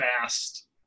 fast